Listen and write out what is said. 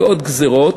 ועוד גזירות,